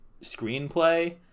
screenplay